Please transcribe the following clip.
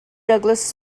douglas